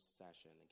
session